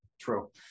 True